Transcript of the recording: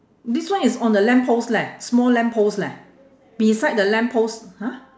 this one is on the lamp post leh small lamp post leh beside the lamp post !huh!